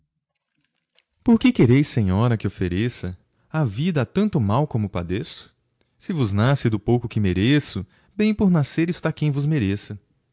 atado porque quereis senhora que ofereça a vida a tanto mal como padeço se vos nasce do pouco que mereço bem por nascer está quem vos mereça